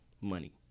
money